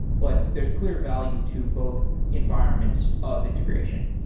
but there's clear value to both environments of integration.